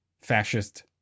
fascist